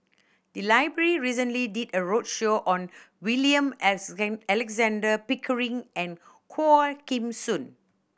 the library recently did a roadshow on William Alexander Pickering and Quah Kim Song